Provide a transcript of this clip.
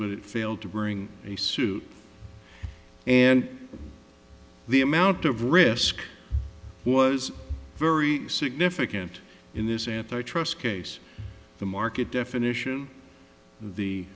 but it failed to bring a suit and the amount of risk was very significant in this antitrust case the market definition the